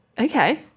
Okay